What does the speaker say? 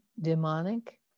demonic